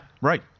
right